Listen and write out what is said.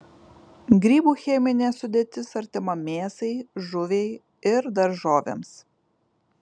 grybų cheminė sudėtis artima mėsai žuviai ir daržovėms